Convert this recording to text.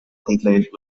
complaint